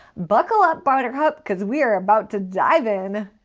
buckle up, buttercup, cause we are about to dive in,